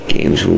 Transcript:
Games